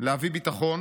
להביא ביטחון.